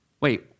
wait